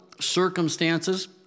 circumstances